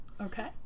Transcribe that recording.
Okay